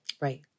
Right